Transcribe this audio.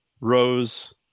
Rose